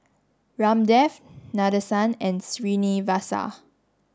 Ramdev Nadesan and Srinivasa